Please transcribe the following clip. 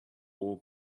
war